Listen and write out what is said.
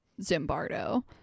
Zimbardo